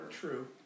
True